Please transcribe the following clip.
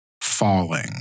falling